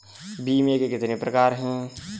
बीमे के कितने प्रकार हैं?